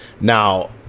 Now